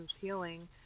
healing